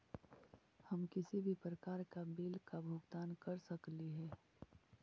हम किसी भी प्रकार का बिल का भुगतान कर सकली हे?